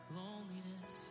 loneliness